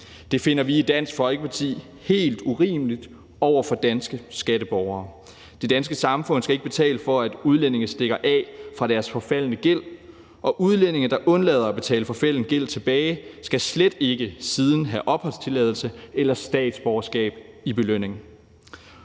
Det finder vi i Dansk Folkeparti helt urimeligt over for danske skatteborgere. Det danske samfund skal ikke betale for, at udlændinge stikker af fra deres forfaldne gæld, og udlændinge, der undlader at betale forfalden gæld tilbage, skal slet ikke siden have opholdstilladelse eller statsborgerskab i belønning.